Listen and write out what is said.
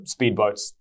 speedboats